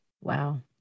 Wow